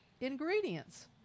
ingredients